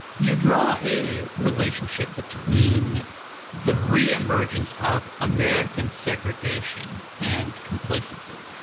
you draw a relationship between the reemergence of american segregation and complacency,